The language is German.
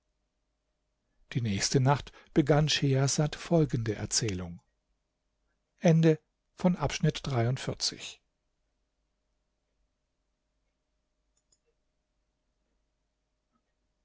die nächste nacht begann schehersad folgende erzählung